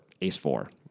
Ace-Four